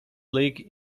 league